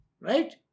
Right